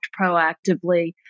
proactively